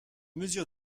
mesure